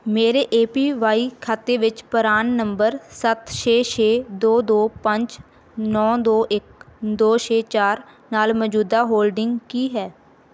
ਮੇਰੇ A P Y ਖਾਤੇ ਵਿੱਚ ਪ੍ਰਾਨ ਨੰਬਰ ਸੱਤ ਛੇ ਛੇ ਦੋ ਦੋ ਪੰਜ ਨੌ ਦੋ ਇੱਕ ਦੋ ਛੇ ਚਾਰ ਨਾਲ ਮੌਜੂਦਾ ਹੋਲਡਿੰਗ ਕੀ ਹੈ